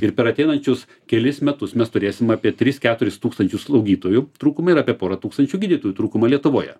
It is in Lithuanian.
ir per ateinančius kelis metus mes turėsim apie tris keturis tūkstančius slaugytojų trūkumą ir apie porą tūkstančių gydytojų trūkumą lietuvoje